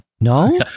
no